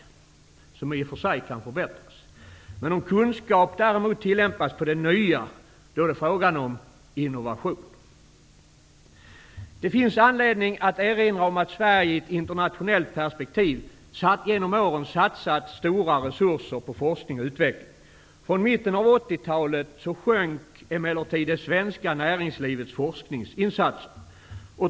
Den kan i och för sig förbättras. Om kunskap däremot tillämpas på det nya är det frågan om innovation. Det finns anledning att erinra om att Sverige i ett internationellt perspektiv genom åren satsat stora resurser på forskning och utveckling. Från mitten av 80-talet sjönk emellertid det svenska näringslivets forskningsinsatser.